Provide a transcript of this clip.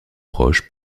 proches